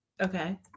Okay